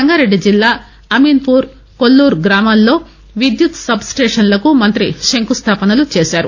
సంగారెడ్డి జిల్లా అమీన్పూర్ కొల్లూర్ గ్రామాల్లో విద్యుత్ సబ్స్టేషన్లకు మంతి శంకుస్థాపనలు చేశారు